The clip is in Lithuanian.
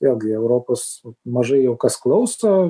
vėlgi europos mažai jau kas klauso